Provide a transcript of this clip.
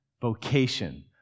vocation